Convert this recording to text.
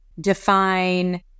define